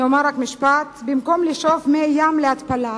אני אומר רק משפט: במקום לשאוב מי ים להתפלה,